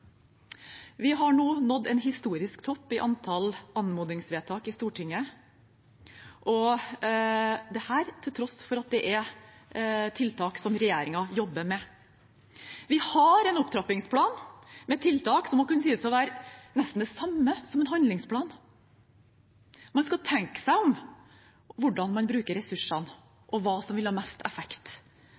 Vi har nå nådd en historisk topp i antall anmodningsvedtak i Stortinget, til tross for at dette er tiltak som regjeringen jobber med. Vi har en opptrappingsplan med tiltak som må kunne sies å være nesten det samme som en handlingsplan. Man skal tenke seg om med hensyn til hvordan man bruker ressursene, og hva som vil ha mest effekt.